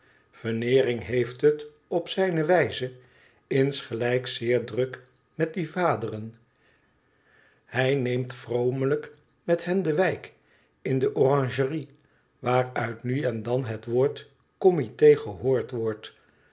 veneering heeft het op zijne wijze insgelijks zeer druk met die vaderen hij neemt vromeiijk met hen de wijk in dé oranjerie waaruit nu en dan het woord comité gehoord wordt